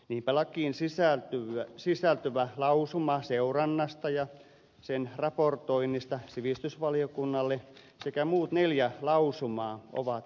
niinpä lakiin sisältyvä lausuma seurannasta ja sen raportoinnista sivistysvaliokunnalle sekä muut neljä lausumaa ovat paikallaan